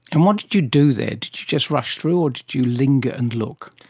and what did you do there? did you just rush through or did you linger and look?